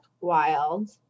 wild